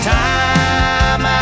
time